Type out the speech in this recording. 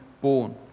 born